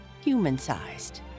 human-sized